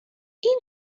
این